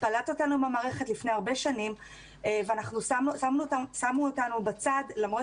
פלט אותנו מהמערכת לפני הרבה שנים ושמו אותנו בצד למרות